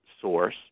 source